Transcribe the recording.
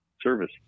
service